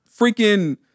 freaking